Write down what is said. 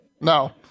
no